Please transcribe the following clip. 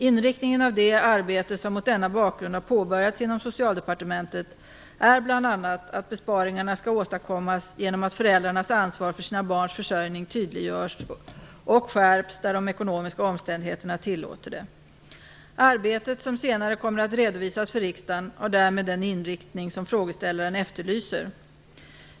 Inriktningen av det arbete som mot denna bakgrund har påbörjats inom Socialdepartementet är bl.a. att besparingarna skall åstadkommas genom att föräldrarnas ansvar för sina barns försörjning tydliggörs och skärps där de ekonomiska omständigheterna tillåter det. Arbetet, som senare kommer att redovisas för riksdagen, har därmed den inriktning som frågeställaren efterlyser.